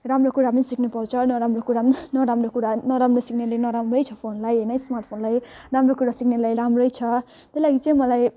राम्रो कुरा पनि सिक्न पाउँछ नराम्रो कुरा पनि नराम्रो कुरा नराम्रो सिक्नेले नराम्रै छ फोनलाई होइन स्मार्टफोनलाई राम्रो कुरा सिक्नेलाई राम्रै छ त्यही लागि चाहिँ मलाई